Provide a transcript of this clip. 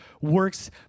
works